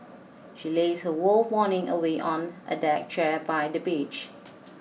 she lazed her whole morning away on a deck chair by the beach